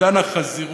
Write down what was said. עידן החזירות.